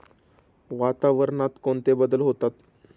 वातावरणात कोणते बदल होतात?